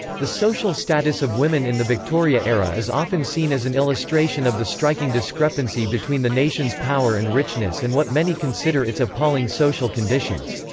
the social status of women in the victoria era is often seen as an illustration of the striking discrepancy between the nation's power and richness and what many consider its appalling social conditions.